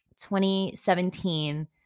2017